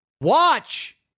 watch